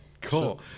Cool